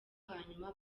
hanyuma